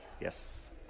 Yes